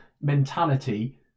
mentality